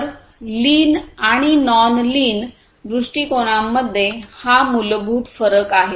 तरलीन आणि non lean दृष्टिकोनांमध्ये हा मूलभूत फरक आहे